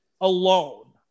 alone